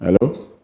Hello